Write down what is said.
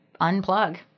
unplug